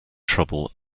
trouble